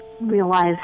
realize